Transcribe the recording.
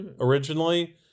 originally